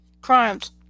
Crimes